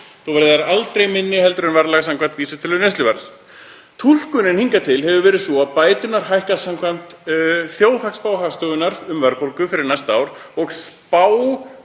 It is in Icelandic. þó verði þær aldrei minni en verðlag samkvæmt vísitölu neysluverðs. Túlkunin hingað til hefur verið sú að bæturnar hækka samkvæmt þjóðhagsspá Hagstofunnar um verðbólgu fyrir næsta ár og spá